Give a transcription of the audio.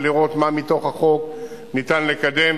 ולראות מה מתוך החוק ניתן לקדם,